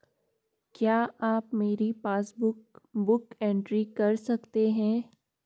क्या आप मेरी पासबुक बुक एंट्री कर सकते हैं?